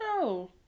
No